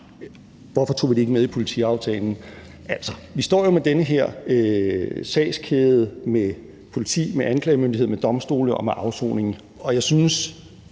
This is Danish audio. Hvorfor tog vi det ikke med i politiaftalen? Altså, vi står jo med den her sagskæde med politi, med anklagemyndighed, med domstole og med afsoning, og jeg synes